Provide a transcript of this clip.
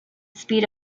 speed